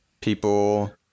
people